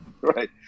Right